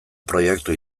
proiektu